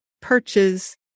perches